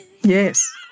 Yes